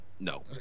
No